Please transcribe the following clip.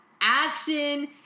action